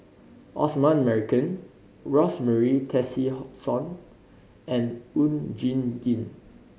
Osman Merican Rosemary Tessensohn and Oon Jin Gee